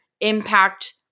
impact